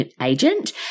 agent